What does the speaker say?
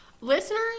listeners